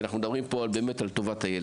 אנחנו מדברים פה על טובת הילד.